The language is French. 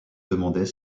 demandait